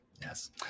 Yes